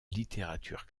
littérature